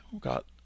got